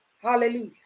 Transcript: hallelujah